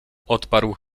odparł